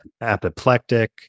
apoplectic